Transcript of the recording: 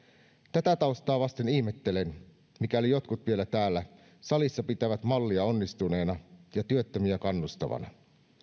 tätä taustaa vasten ihmettelen mikäli jotkut täällä salissa vielä pitävät mallia onnistuneena ja työttömiä kannustavana